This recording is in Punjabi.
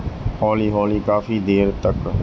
ਹੌਲੀ ਹੌਲੀ ਕਾਫੀ ਦੇਰ ਤੱਕ